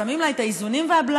ושמים לה את האיזונים והבלמים,